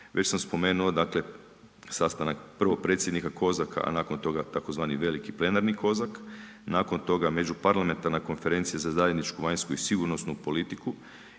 Već sam spomenuo dakle sastanak prvo predsjednika COSAC-a a nakon toga tzv. veliki plenarni COSAC, nakon toga Međuparlamentarna konferencija za zajedničku vanjsku i sigurnosnu politiku